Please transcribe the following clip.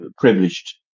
privileged